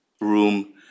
room